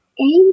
eight